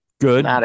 Good